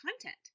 content